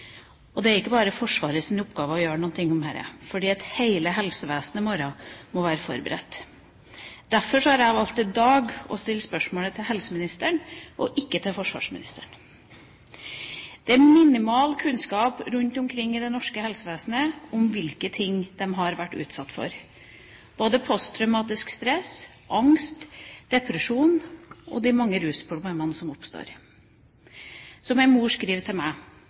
og det er ikke bare Forsvarets oppgave å gjøre noe med dette. Hele helsevesenet må være forberedt. Derfor har jeg i dag valgt å stille spørsmålet til helseministeren, og ikke til forsvarsministeren. Det er minimal kunnskap rundt omkring i det norske helsevesenet om hvilke ting de har vært utsatt for: posttraumatisk stress, angst, depresjon og de mange rusproblemene som oppstår. Som en mor skriver til meg